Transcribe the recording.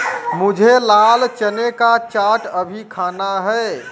मुझे लाल चने का चाट अभी खाना है